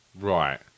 Right